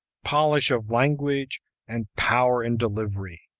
polish of language and power in delivery,